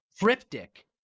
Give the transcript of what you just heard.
Cryptic